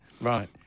Right